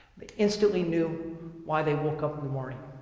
they instantly knew why they woke up in the morning.